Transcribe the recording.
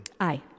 Aye